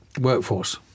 workforce